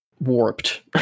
warped